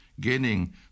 gaining